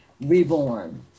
reborn